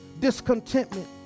discontentment